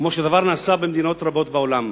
כמו שהדבר נעשה במדינות רבות בעולם.